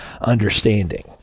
understanding